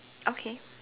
okay